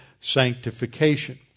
sanctification